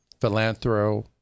Philanthro-